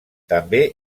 també